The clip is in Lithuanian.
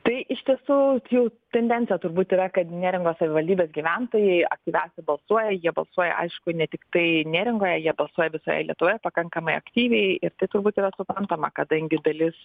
tai iš tiesų jau tendencija turbūt yra kad neringos savivaldybės gyventojai aktyviausiai balsuoja jie balsuoja aišku ne tiktai neringoje jie balsuoja visoje lietuvoje pakankamai aktyviai ir tai turbūt yra suprantama kadangi dalis